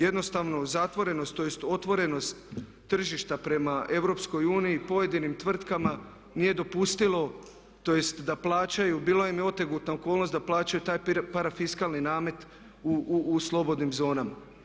Jednostavno zatvorenost tj. otvorenost tržišta prema EU i pojedinim tvrtkama nije dopustilo tj. da plaćaju bila im je otegotna okolnost da plaćaju taj parafiskalni namet u slobodnim zonama.